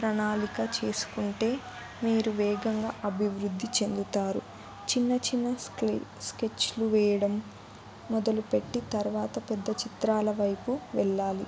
ప్రణాళిక చేసుకుంటే మీరు వేగంగా అభివృద్ధి చెందుతారు చిన్న చిన్న స్కెచ్లు వేయడం మొదలుపెట్టి తర్వాత పెద్ద చిత్రాల వైపు వెళ్ళాలి